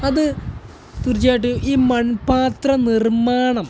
അത് തീർച്ചയായിട്ട് ഈ മൺപാത്ര നിർമ്മാണം